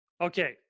Okay